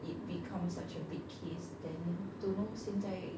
it becomes